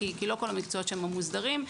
כי לא כל המקצועות שם מוסדרים.